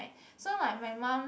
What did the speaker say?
so like my mum